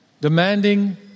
demanding